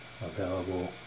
available